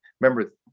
remember